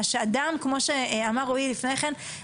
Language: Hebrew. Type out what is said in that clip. מה שאדם כמו שאמר רועי לפני כן,